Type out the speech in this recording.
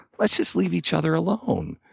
let's just leave each other alone.